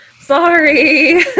Sorry